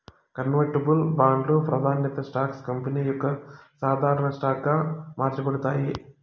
convertible బాండ్లు, ప్రాదాన్య stocks company యొక్క సాధారన స్టాక్ గా మార్చబడతాయి